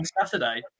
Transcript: Saturday